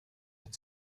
had